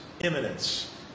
imminence